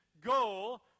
goal